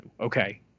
Okay